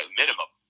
minimum